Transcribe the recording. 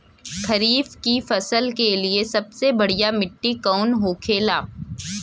खरीफ की फसल के लिए सबसे बढ़ियां मिट्टी कवन होखेला?